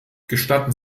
gestatten